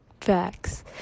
facts